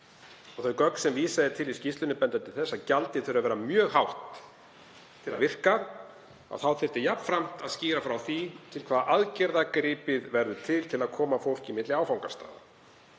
Þau gögn sem vísað er til í skýrslunni benda til að gjaldið þurfi að vera mjög hátt til að virka. Þá þyrfti jafnframt að skýra frá því til hvaða aðgerða verði gripið til að koma fólki milli áfangastaða.